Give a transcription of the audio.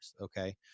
Okay